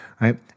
right